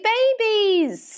Babies